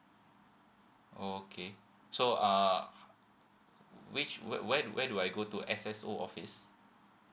oh okay so err which where where where do I go to S_S_O office